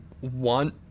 want